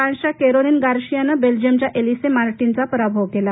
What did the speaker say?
फ्रांसच्या केरोलीन गारशियानं बेल्जियमच्या एलिसे मारटीनचा पराभव केला